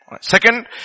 Second